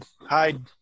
Hide